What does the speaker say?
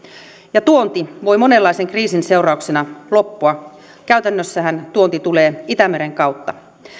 ja tuonti voi monenlaisen kriisin seurauksena loppua käytännössähän tuonti tulee itämeren kautta